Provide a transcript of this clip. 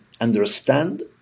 understand